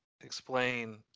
explain